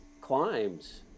climbs